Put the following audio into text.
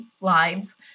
lives